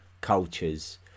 cultures